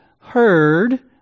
heard